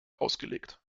ausgelegt